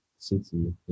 city